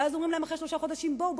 ואז אומרים להם אחרי שלושה חודשים: בואו,